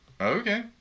Okay